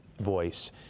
voice